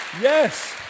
Yes